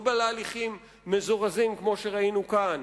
ולא בהליכים מזורזים כמו שראינו כאן.